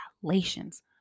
Galatians